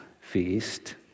feast